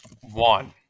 One